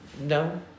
No